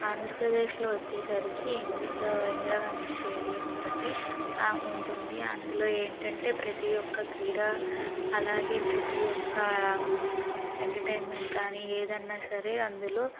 ఆంధ్రప్రదేశ్లో వచ్చేసరికి in Indira Gandhi stadium ఒకటి ఉంటుంది అందులో ఏంటంటే ప్రతి ఒక్క క్రీడా అలాగే ప్రతి ఒక్క ఎంటర్టైన్మెంట్ కానీ ఏదైనా సరే అందులో